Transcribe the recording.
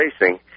racing